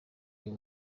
uyu